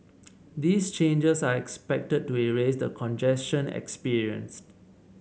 these changes are expected to ease the congestion experienced